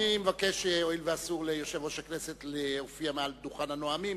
הואיל ואסור ליושב-ראש הכנסת להופיע מעל דוכן הנואמים,